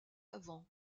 avant